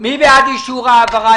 מי בעד אישור ההעברה?